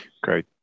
Great